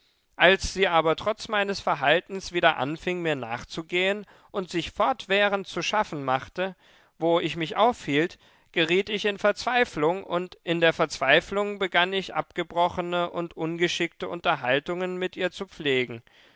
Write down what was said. als sie aber trotz meines verhaltens wieder anfing mir nachzugehen und sich fortwährend zu schaffen machte wo ich mich aufhielt geriet ich in verzweiflung und in der verzweiflung begann ich abgebrochene und ungeschickte unterhaltungen mit ihr zu pflegen